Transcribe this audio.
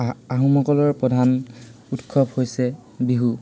আহ আহোমসকলৰ প্ৰধান উৎসৱ হৈছে বিহু